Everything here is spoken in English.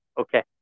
Okay